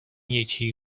یکی